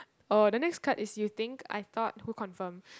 oh the next card is you think I thought who confirm